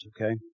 okay